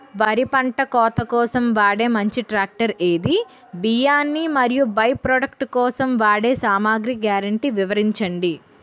వరి పంట కోత కోసం వాడే మంచి ట్రాక్టర్ ఏది? బియ్యాన్ని మరియు బై ప్రొడక్ట్ కోసం వాడే సామాగ్రి గ్యారంటీ వివరించండి?